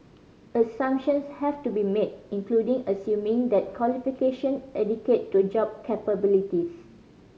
assumptions have to be made including assuming that qualification equate to job capabilities